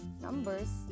numbers